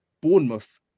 Bournemouth